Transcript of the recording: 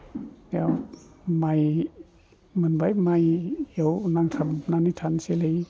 बेयाव माइ मोनबाय माइआव नांथाबनानै थानोसैलायो